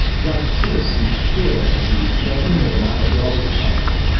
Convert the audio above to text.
doug phillips is chair of the australian banana growers council.